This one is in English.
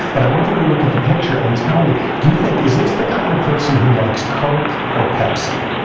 but i want you to look at the picture. and tell me, do you think is this the kind of person who likes coke or pepsi?